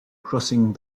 crossing